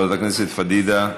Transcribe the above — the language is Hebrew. חברת הכנסת פדידה,